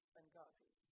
Benghazi